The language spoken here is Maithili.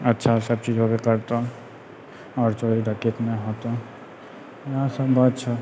अच्छा सबचीज होबे करतै आओर चोरी डकैती नहि होतो इएह सब बात छऽ